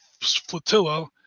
flotilla